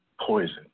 poison